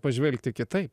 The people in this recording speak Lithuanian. pažvelgti kitaip